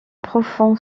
profond